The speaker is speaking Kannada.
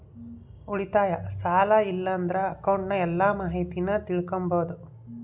ಉಳಿತಾಯ, ಸಾಲ ಇಲ್ಲಂದ್ರ ಅಕೌಂಟ್ನ ಎಲ್ಲ ಮಾಹಿತೀನ ತಿಳಿಕಂಬಾದು